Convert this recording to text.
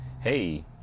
hey